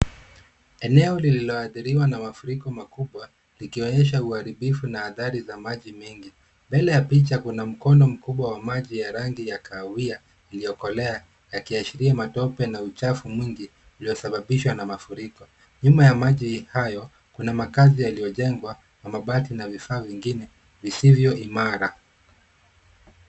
Eneo lilioadhiriwa na mafuriko makubwa likionyesha uharibifu na athari za maji mengi. Mbele ya picha kuna mkondo kubwa wa maji ya rangi ya kahawia iliyokolea, yakiashiria matope na uchafu mwingi iliyosababishwa na mafuriko. Nyuma ya maji hayo, kuna makazi yaliyojengwa kwa mabati na vifaa vingine visivyo imara.